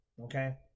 Okay